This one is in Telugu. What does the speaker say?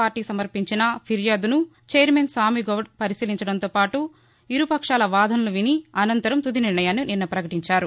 పార్టీ సమర్పించిన ఫిర్యాదును చైర్మన్ స్వామిగౌడ్ పరిశీలించడంతో పాటు ఇరు పక్షాల వాదనలు నిన్న అనంతరం తుది నిర్ణయాన్ని నిన్న పకటించారు